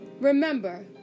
remember